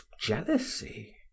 jealousy